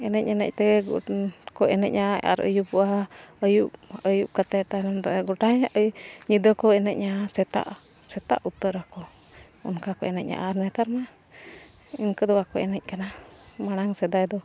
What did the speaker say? ᱮᱱᱮᱡ ᱮᱱᱮᱡ ᱛᱮᱠᱚ ᱮᱱᱮᱡᱼᱟ ᱟᱨ ᱟᱹᱭᱩᱵᱚᱜᱼᱟ ᱟᱹᱭᱩᱵ ᱟᱹᱭᱩᱵ ᱠᱟᱛᱮ ᱛᱟᱭᱚᱢ ᱫᱚ ᱜᱚᱴᱟ ᱧᱤᱫᱟᱹ ᱠᱚ ᱮᱱᱮᱡᱼᱟ ᱥᱮᱛᱟᱜ ᱥᱮᱛᱟᱜ ᱩᱛᱟᱹᱨᱟᱠᱚ ᱚᱱᱠᱟ ᱠᱚ ᱮᱱᱮᱡᱼᱟ ᱟᱨ ᱱᱮᱛᱟᱨ ᱢᱟ ᱤᱱᱠᱟᱹ ᱫᱚ ᱵᱟᱠᱚ ᱮᱱᱮᱡ ᱠᱟᱱᱟ ᱢᱟᱲᱟᱝ ᱥᱮᱫᱟᱭ ᱫᱚ